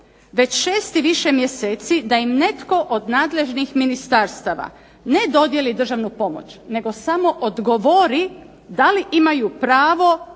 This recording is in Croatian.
već 6 i više mjeseci da im netko od nadležnih ministarstva ne dodijeli državnu pomoć, nego samo odgovori, da li imaju pravo